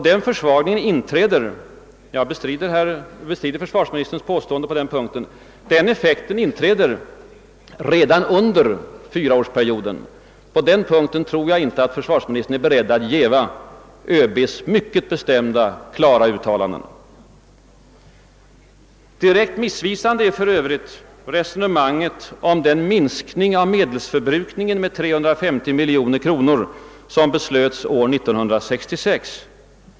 Den försvagningen inträder — jag bestrider försvarsministerns påstående om motsatsen — redan under fyraårsperioden; på den punkten tror jag inte att försvarsministern är beredd jäva ÖB:s mycket bestämda och klara uttalanden. Direkt missvisande är för övrigt resonemanget om den minskning av medelsförbrukningen med 350 miljoner kronor som beslöts år 1966.